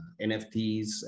NFTs